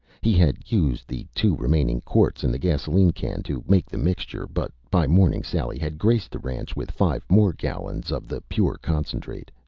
he had used the two remaining quarts in the gasoline can to make the mixture but by morning, sally had graced the ranch with five more gallons of the pure concentrate.